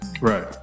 Right